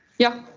yeah.